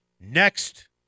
Next